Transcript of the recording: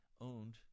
owned